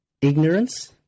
ignorance